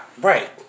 Right